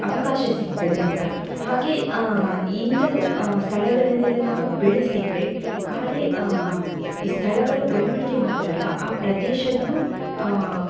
ಅವಕಾಶ ಸಿಕ್ತದೆ ಅಂತ ಹಾಗೆಯೇ ಇಂಥದ್ದು ಸ್ಥಳಗಳನ್ನೆಲ್ಲ ನಾವು ಬೆಳೆಸಿದರೆ ಕಾಲೆ ಈ ಸ್ಥಳಗಳ ಬೆಳವಣಿಗೆ ಮಾತ್ರವಲ್ಲ ಆ ಪ್ರದೇಶದ್ದು